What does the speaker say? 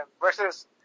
versus